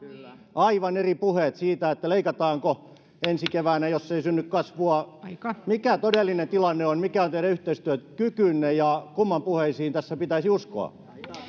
aivan eri puheet siitä leikataanko ensi keväänä jos ei synny kasvua mikä todellinen tilanne on mikä on teidän yhteistyökykynne kumman puheisiin tässä pitäisi uskoa